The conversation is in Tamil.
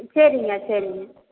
ம் சரிங்கம்மா சரிங்க